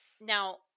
Now